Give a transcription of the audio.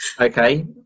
Okay